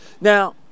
Now